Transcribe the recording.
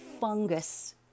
fungus